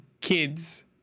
kids